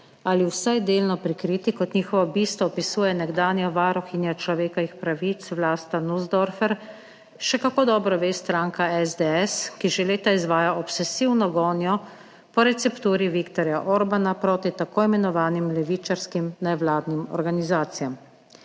ali vsaj delno prikriti, kot njihovo bistvo opisuje nekdanja varuhinja človekovih pravic, Vlasta Nussdorfer, še kako dobro ve stranka SDS, ki že leta izvaja obsesivno gonjo po recepturi Viktorja Orbana proti tako imenovanim levičarskim nevladnim organizacijam.